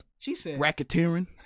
racketeering